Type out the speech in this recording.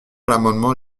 l’amendement